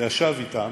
וישב אתם,